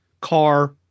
car